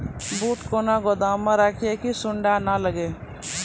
बूट कहना गोदाम मे रखिए की सुंडा नए लागे?